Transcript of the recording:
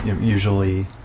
usually